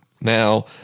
Now